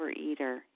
overeater